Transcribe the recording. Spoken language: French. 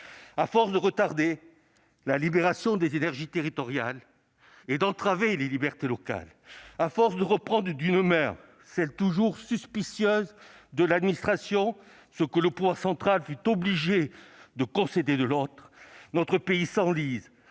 À force de retarder la libération des énergies territoriales et d'entraver les libertés locales, à force de reprendre d'une main, celle, toujours suspicieuse, de l'administration, ce que le pouvoir central fut obligé de concéder de l'autre, notre pays s'enlise